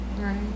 Right